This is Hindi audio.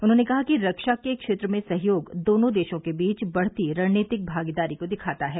उन्होंने कहा कि रक्षा के क्षेत्र में सहयोग दोनों देशों के बीच बढ़ती रणनीतिक भागीदारी को दिखाता है